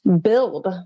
build